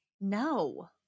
No